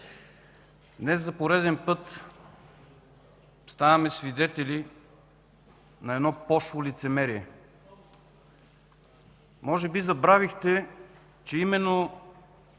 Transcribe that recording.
днес за поред път ставаме свидетели на едно пошло лицемерие. Може би забравихте, че именно